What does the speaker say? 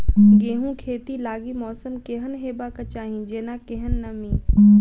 गेंहूँ खेती लागि मौसम केहन हेबाक चाहि जेना केहन नमी?